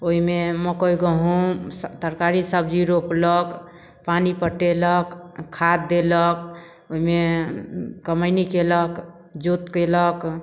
ओइमे मकइ गहूम तरकारी सब्जी रोपलक पानि पटेलक खाद देलक ओइमे कमैनी कयलक जोत कयलक